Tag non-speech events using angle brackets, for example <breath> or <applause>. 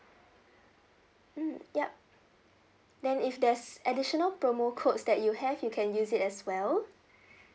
mm ya then if there's additional promo codes that you have you can use it as well <breath>